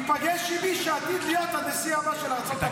ייפגש עם מי שעתיד להיות הנשיא הבא של ארצות הברית.